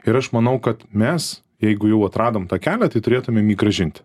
ir aš manau kad mes jeigu jau atradom tą kelią tai turėtumėm jį grąžinti